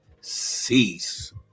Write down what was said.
cease